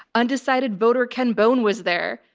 undecided voter ken bone was there.